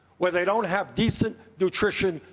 where they don't have decent nutrition,